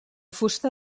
fusta